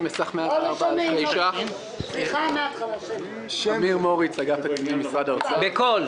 בסך 104,000 אלפי ש"ח לצורך היערכות רשות המסים להקמת שירות לקוחות